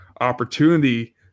opportunity